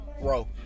bro